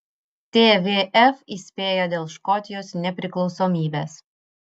tvf įspėja dėl škotijos nepriklausomybės